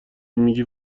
میگه